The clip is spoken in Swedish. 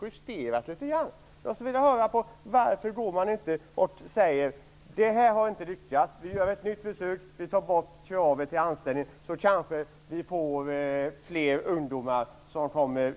Jag skulle vilja veta varför man inte säger: Det här har inte lyckats. Vi gör ett nytt försök och tar bort kravet på anställning. Kanske blir det då fler ungdomar